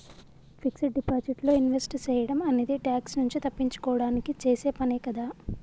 fixed deposit లో invest సేయడం అనేది ట్యాక్స్ నుంచి తప్పించుకోడానికి చేసే పనే కదా